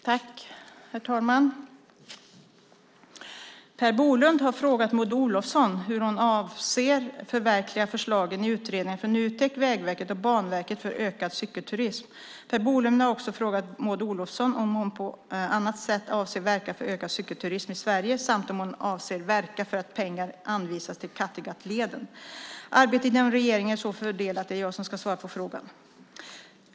Herr talman! Per Bolund har frågat Maud Olofsson hur hon avser att förverkliga förslagen i utredningarna från Nutek, Vägverket och Banverket för ökad cykelturism. Per Bolund har också frågat Maud Olofsson om hon på annat sätt avser att verka för ökad cykelturism i Sverige samt om hon avser att verka för att pengar anvisas till Kattegattleden. Arbetet inom regeringen är så fördelat att det är jag som ska svara på frågan.